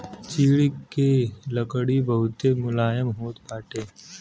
चीड़ के लकड़ी बहुते मुलायम होत बाटे